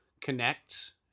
Connects